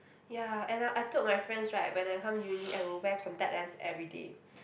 ya and I I told my friends right when I come uni I will wear contact lens every day